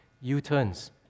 U-turns